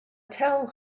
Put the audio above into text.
tell